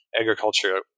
agriculture